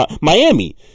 Miami